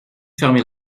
fermer